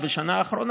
הבאתי לך את גלנט.